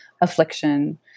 affliction